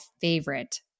Favorite